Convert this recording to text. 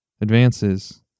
Advances